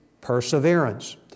perseverance